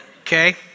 Okay